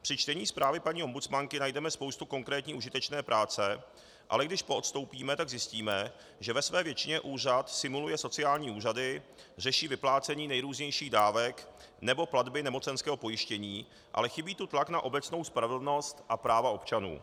Při čtení zprávy paní ombudsmanky najdeme spoustu konkrétní užitečné práce, ale když poodstoupíme, tak zjistíme, že ve své většině úřad simuluje sociální úřady, řeší vyplácení nejrůznějších dávek nebo platby nemocenského pojištění, ale chybí tu tlak na obecnou spravedlnost a práva občanů.